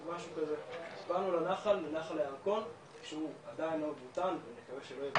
באנו לנחל הירקון שהוא עדיין לא הוצף ונקווה שלא יוצף